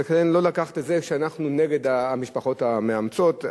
ולכן, לא לקחת את זה שאנחנו נגד המשפחות המאמצות.